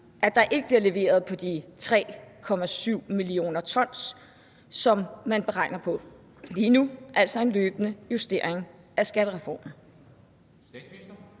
at der ikke bliver leveret på de 3,7 mio. t CO2, som man beregner på lige nu – altså en løbende justering af skattereformen.